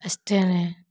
Australia